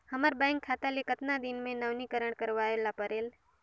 हमर बैंक खाता ले कतना दिन मे नवीनीकरण करवाय ला परेल?